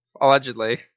allegedly